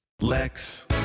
Lex